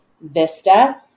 Vista